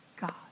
God